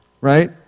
right